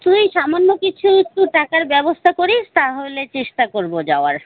তুই সামান্য কিছু একটু টাকার ব্যবস্থা করিস তাহলে চেষ্টা করব যাওয়ার